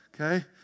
Okay